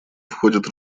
входит